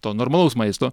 to normalaus maisto